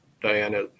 Diana